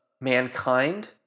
mankind